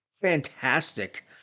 Fantastic